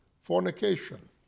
fornication